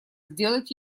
сделать